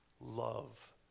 love